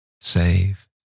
save